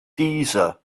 deezer